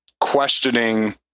questioning